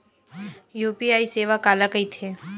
UPI सेवा काला कइथे?